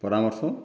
ପରାମର୍ଶ